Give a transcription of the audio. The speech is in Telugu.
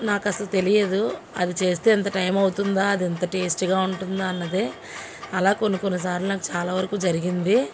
నాకు అసలు తెలియదు అవి చేస్తే ఇంత టైం అవుతుందా అది ఇంత టేస్టుగా ఉంటుందా అన్నది అలా కొన్ని కొన్ని సార్లు నాకు చాలా వరుకు జరిగింది